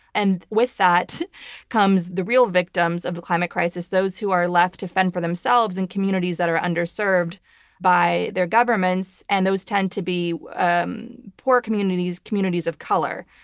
and with that comes the real victims of the climate crisis, those who are left to fend for themselves in communities that are underserved by their governments. and those tend to be and poor communities, communities of color.